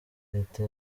leta